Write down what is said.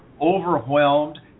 overwhelmed